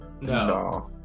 No